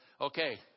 Okay